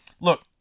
look